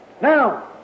Now